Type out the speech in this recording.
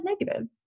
negative